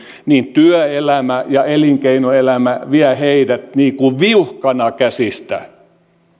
työelämä ja elinkeinoelämä vie niin kuin viuhkana käsistä